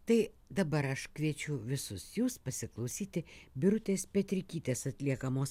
tai dabar aš kviečiu visus jus pasiklausyti birutės petrikytės atliekamos